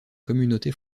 communauté